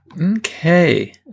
okay